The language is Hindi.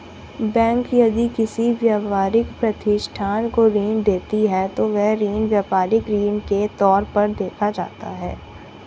बैंक यदि किसी व्यापारिक प्रतिष्ठान को ऋण देती है तो वह ऋण व्यापारिक ऋण के तौर पर देखा जाता है